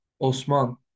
Osman